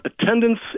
attendance